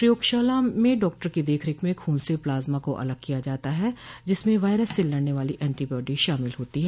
प्रयोगशाला में डॉक्टर की देख रेख में खून से प्लाज्मा को अलग किया जाता है जिसमें वायरस से लड़ने वाली एंटीबाडी शामिल होती हैं